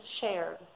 shared